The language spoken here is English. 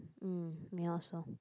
mm